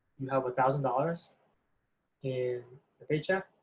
you have a thousand dollars in a paycheck,